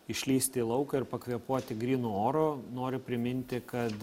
išlįsti į lauką ir pakvėpuoti grynu oru noriu priminti kad